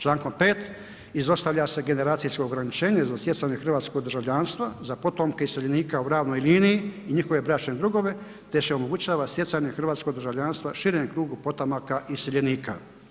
Člankom 5. izostavlja se generacijsko ograničenje za stjecanje hrvatskog državljanstva za potomke iseljenika u ravnoj liniji i njihove bračne drugove te se omogućava stjecanje hrvatskog državljanstva širem krugu potomaka iseljenika.